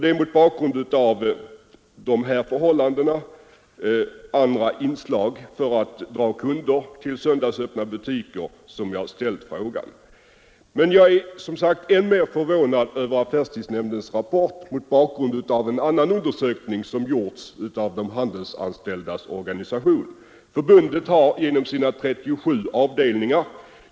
Det är mot bakgrunden av dessa förhållanden och andra inslag för att dra kunder till söndagsöppna butiker som jag har ställt frågan. Men jag är än mer förvånad över affärstidsnämndens rapport mot bakgrund av en annan undersökning, som Handelsanställdas förbund har gjort över hela landet genom sina 37 avdelningar.